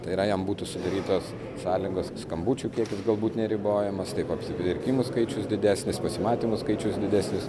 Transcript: tai yra jam būtų sudarytos sąlygos skambučių kiekis galbūt neribojamas taip apsipirkimų skaičius didesnis pasimatymų skaičius didesnis